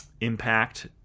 impact